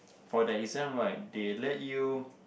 for the exam right they let you